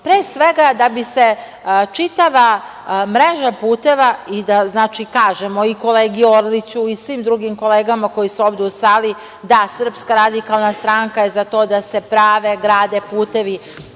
Pre svega, da bi se čitava mreža puteva i da kažemo i kolegi Orliću i svim drugim kolegama koji su ovde u sali, da SRS je za to da se prave, grade putevi,